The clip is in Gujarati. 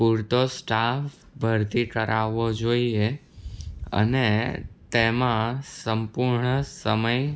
પૂરતો સ્ટાફ ભરતી કરાવો જોઈએ અને તેમા સંપૂર્ણ સમય